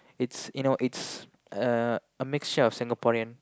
it's you know it's uh a mixture of Singaporean